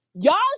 y'all